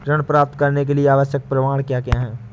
ऋण प्राप्त करने के लिए आवश्यक प्रमाण क्या क्या हैं?